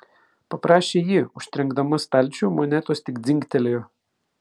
paprašė ji užtrenkdama stalčių monetos tik dzingtelėjo